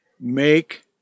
make